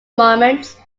moments